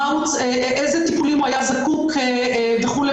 לאיזה טיפולים הוא היה זקוק וכו'.